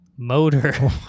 motor